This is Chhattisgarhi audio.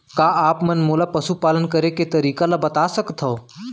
का आप मन मोला पशुपालन करे के तरीका ल बता सकथव?